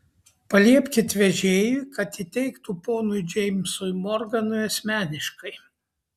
paliepkit vežėjui kad įteiktų ponui džeimsui morganui asmeniškai